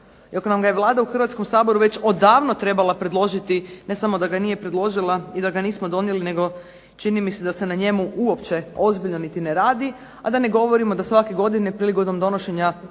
iako nam ga je Vlada u Hrvatskom saboru davno trebala predložiti, ne samo da ga nije predložila i da ga nismo donijeli, nego čini mi se da se na njemu uopće niti ne radi, a da ne govorim onda svake godine prilikom donošenja